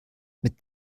mit